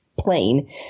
plane